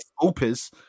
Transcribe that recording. Opus